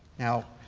now,